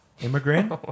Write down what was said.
Immigrant